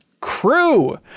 crew